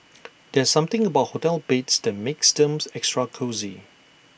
there's something about hotel beds that makes them extra cosy